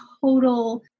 total